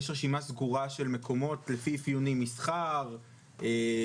יש רשימה סגורה של מקומות לפי אפיוני מסחר וכו'.